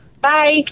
Bye